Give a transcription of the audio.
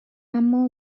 امّا